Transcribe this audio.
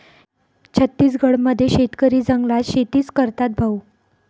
छत्तीसगड मध्ये शेतकरी जंगलात शेतीच करतात भाऊ